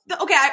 okay